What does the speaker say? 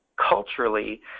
culturally